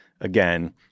again